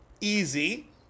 Easy